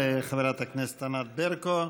תודה לחברת הכנסת ענת ברקו.